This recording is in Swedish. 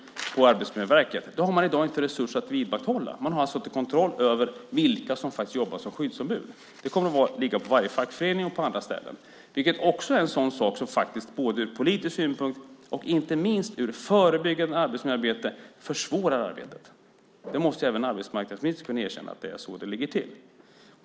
Det har man inte resurser att vidmakthålla. Man har inte kontroll över vilka som jobbar som skyddsombud. Det kommer att ligga på varje fackförening och på andra ställen. Det är också en sådan sak som sett ur politisk och ur det förebyggande arbetsmiljöarbetets synpunkt försvårar arbetet. Arbetsmarknadsministern måste kunna erkänna att det är så det ligger till.